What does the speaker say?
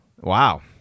Wow